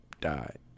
died